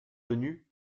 tenu